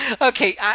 Okay